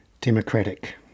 democratic